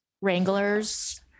wranglers